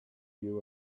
you